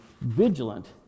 vigilant